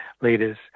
leaders